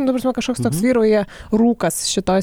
nu ta prasme kažkoks toks vyrauja rūkas šitoj